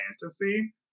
fantasy